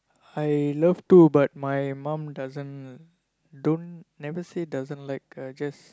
I love to but my mum doesn't don't never say doesn't like uh just